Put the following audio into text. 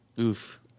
Oof